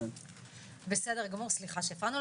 סליחה שהפרענו.